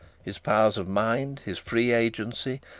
his powers of mind, his free agency,